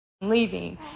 leaving